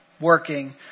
working